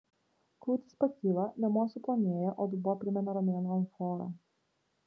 krūtys pakyla liemuo suplonėja o dubuo primena romėnų amforą